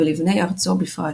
ולבני ארצו בפרט,